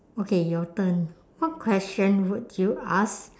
okay your turn what question would you ask